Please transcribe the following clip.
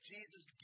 Jesus